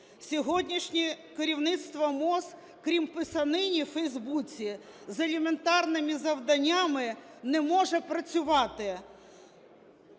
Сьогоднішнє керівництво МОЗ крім писанини в Facebook з елементарними завданнями не може працювати.